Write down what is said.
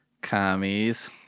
Commies